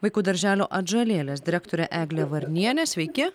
vaikų darželio atžalėlės direktorė eglė varnienė sveiki